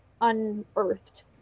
unearthed